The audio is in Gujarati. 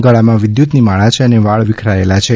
ગળામાં વિદ્યતની માળા છે અને વાળ વિખરાયેલા છે